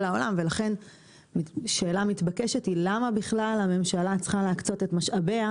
העולם ולכן השאלה המתבקשת היא למה בכלל הממשלה צריכה להקצות את משאביה